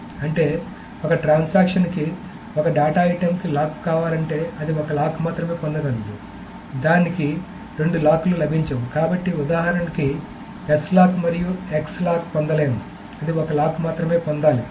కాబట్టి అంటే ఒక ట్రాన్సాక్షన్ కి ఒక డేటా ఐటెమ్కి లాక్ కావాలంటే అది ఒక లాక్ మాత్రమే పొందగలదు దానికి రెండు లాక్లు లభించవు కాబట్టి ఉదాహరణకి S లాక్ మరియు X లాక్ పొందలేము అది ఒక లాక్ మాత్రమే పొందాలి